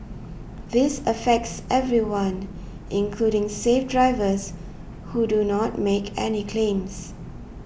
this affects everyone including safe drivers who do not make any claims